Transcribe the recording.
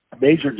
major